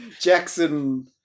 Jackson